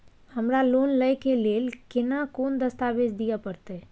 हमरा लोन लय के लेल केना कोन दस्तावेज दिए परतै?